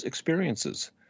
Experiences